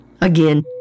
Again